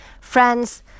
friends